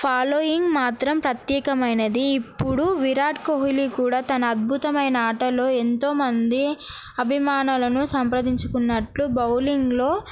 following మాత్రం ప్రత్యేకమైనది ఇప్పుడు విరాట్ కోహ్లీ కూడా తన అద్భుతమైన ఆటలో ఎంతోమంది అభిమానులను సంప్రదించుకున్నట్లు బౌలింగ్లో